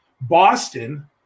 Boston